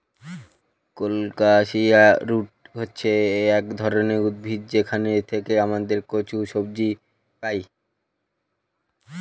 colocasia root হচ্ছে এক ধরনের উদ্ভিদ যেখান থেকে আমরা কচু সবজি পাই